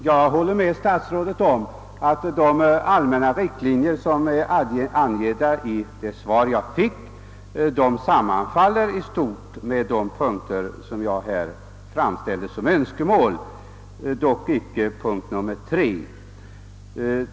Jag håller med statsrådet om att de allmänna riktlinjerna i det svar jag fått i stort sett sammanfaller med önskemålen i de punkter jag angivit, dock icke punkt 3.